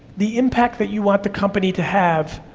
the impact that you want the company to have,